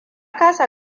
kasa